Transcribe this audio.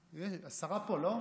השרה פה, לא?